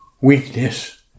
weakness